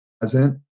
present